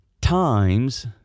times